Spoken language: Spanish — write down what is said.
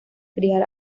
criar